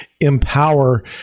empower